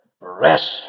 Rest